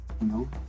No